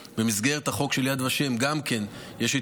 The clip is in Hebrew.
במסגרת החוק של יד ושם יש גם כן התייחסות